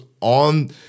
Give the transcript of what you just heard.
on